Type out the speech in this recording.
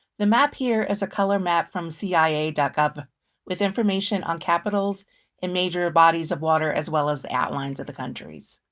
the map here is a color map from cia gov, with information on capitals and major bodies of water, as well as the outlines of the countries.